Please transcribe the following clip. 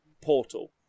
portal